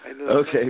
Okay